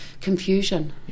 confusion